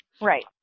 right